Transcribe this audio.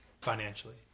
financially